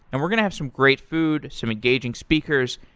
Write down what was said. and we're going to have some great food, some engaging speakers,